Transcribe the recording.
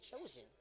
chosen